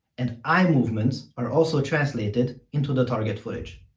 and eye movements are also translated into the target footage.